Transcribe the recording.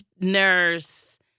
nurse